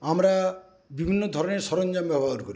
আমরা বিভিন্ন ধরণের সরঞ্জাম ব্যবহার করি